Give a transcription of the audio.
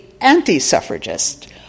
anti-suffragist